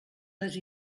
les